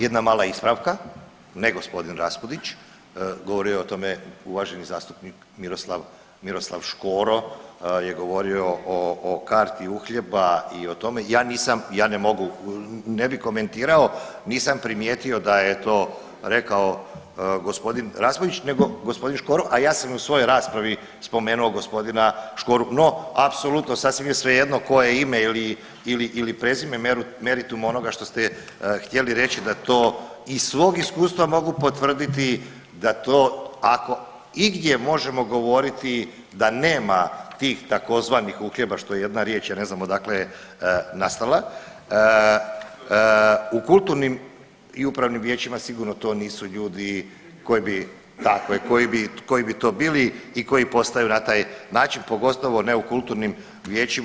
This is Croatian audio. Jedna mala ispravka, ne g. Raspudić, govorio je o tome uvaženi zastupnik Miroslav, Miroslav Škoro je govorio o, o karti uhljeba i o tome, ja nisam, ja ne mogu, ne bi komentirao, nisam primijetio da je to rekao g. Raspudić nego g. Škoro, a ja sam u svojoj raspravi spomenuo gospodina Škoru, no apsolutno sasvim je svejedno koje ime ili, ili prezime meritum onoga što ste htjeli reći da to, iz svog iskustva mogu potvrditi da to ako igdje možemo govoriti da nema tih tzv. uhljeba što je jedna riječ ja ne znam odakle je nastala, u kulturnim i upravnim vijećima sigurno to nisu ljudi koji bi, tako je, koji bi to bili i koji postaju na taj način pogotovo ne u kulturnim vijećima.